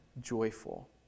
joyful